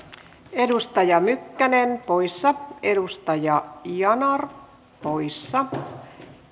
edustaja mykkänen poissa edustaja yanar poissa